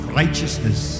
righteousness